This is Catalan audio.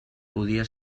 podia